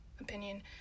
opinion